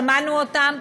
שמענו אותם,